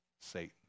Satan